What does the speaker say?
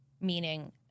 Meaning